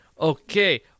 Okay